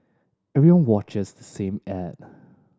everyone watches the same ad